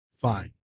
fine